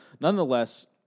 Nonetheless